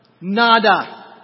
Nada